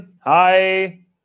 hi